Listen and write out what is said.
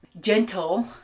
gentle